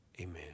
Amen